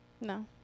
no